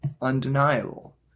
undeniable